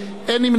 אני קובע, חבר